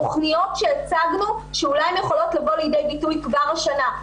על תכניות שהצגנו שאולי הן יכולות לבוא לידי ביטוי כבר השנה.